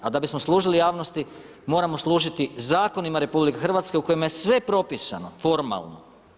A da bismo služili javnosti, moramo služiti zakonima RH u kojima je sve propisano formalno.